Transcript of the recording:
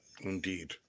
Indeed